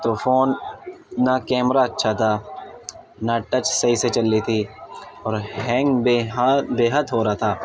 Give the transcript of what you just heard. تو فون نہ کیمرہ اچھا تھا نہ ٹچ صحیح سے چل رہی تھی اور ہینگ بےحد ہو رہا تھا